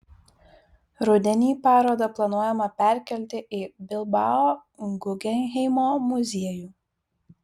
rudenį parodą planuojama perkelti į bilbao guggenheimo muziejų